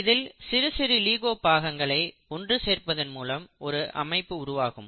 இதில் சிறுசிறு லீகோ பாகங்களை ஒன்று சேர்ப்பதன் மூலம் ஒரு அமைப்பு உருவாகும்